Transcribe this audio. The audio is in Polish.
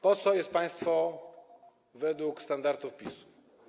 Po co jest państwo według standardów PiS?